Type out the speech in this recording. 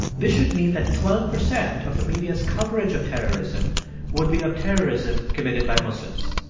this should mean that twelve percent of the media's coverage of terrorism would be of terrorism committed by muslims.